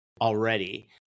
already